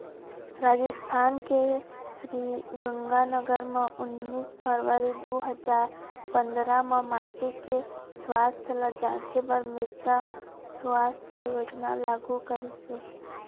राजिस्थान के श्रीगंगानगर म उन्नीस फरवरी दू हजार पंदरा म माटी के सुवास्थ ल जांचे बर मृदा सुवास्थ योजना लागू करिस हे